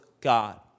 God